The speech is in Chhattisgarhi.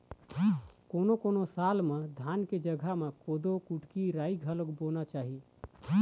कोनों कोनों साल म धान के जघा म कोदो, कुटकी, राई घलोक बोना चाही